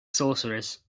sorcerers